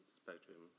spectrum